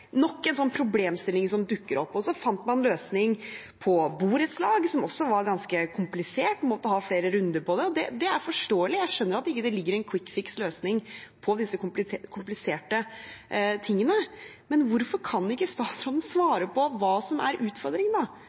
borettslag, som også var ganske komplisert –måtte ha flere runder på det, og det er forståelig. Jeg skjønner at det ikke er en kvikkfiksløsning på disse kompliserte tingene, men hvorfor kan ikke statsråden svare på hva som er